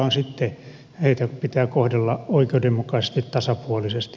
henkilöstöä sitten pitää kohdella oikeudenmukaisesti tasapuolisesti